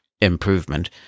improvement